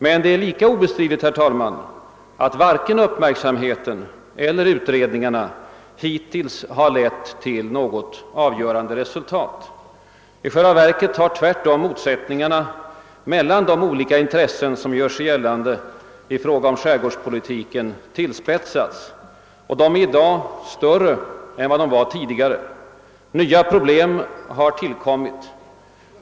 Men det är också lika ovedersägligt, herr talman, att varken uppmärksamheten eller utredningarna hittills har lett till något avgörande resultat. I själva verket har tvärtom motsättningarna mellan de olika intressen som gör sig gällande i fråga om skärgårdspolitiken tillspetsats och de är i dag större än tidigare. Nya problem har tillkommit.